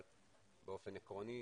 אבל באופן עקרוני,